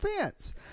fence